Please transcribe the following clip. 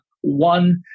one